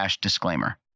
disclaimer